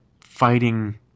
fighting